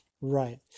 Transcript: Right